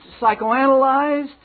psychoanalyzed